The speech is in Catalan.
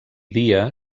dia